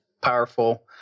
powerful